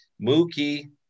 Mookie